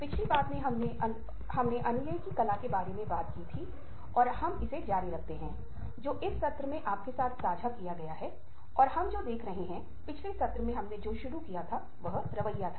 आज हम अपने व्याख्यान के तीसरे भाग में आते हैं और जैसा कि मैंने पह ले ही बातचीत में कहा है कि हमारा ध्यान "क्या और क्यों सुनना है" पर होगा